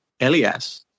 Elias